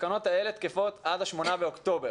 התקנות האלה תקפות עד 8 באוקטובר,